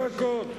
זה הכול.